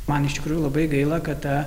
man iš tikrųjų labai gaila kada